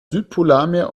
südpolarmeer